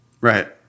Right